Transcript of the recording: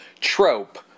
trope